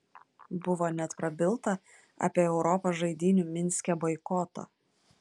buvo net prabilta apie europos žaidynių minske boikotą